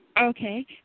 Okay